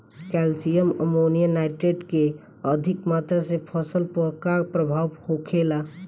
Calcium ammonium nitrate के अधिक मात्रा से फसल पर का प्रभाव होखेला?